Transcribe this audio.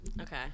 okay